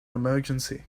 emergency